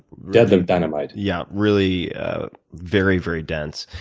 deadlift dynamite. yeah. really very, very dense.